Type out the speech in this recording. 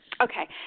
Okay